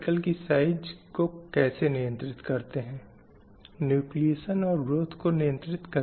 और इसलिए यह एक ऐसी स्थिति में रहता है जहां आज हम इसे बहुत कठिन पाते हैं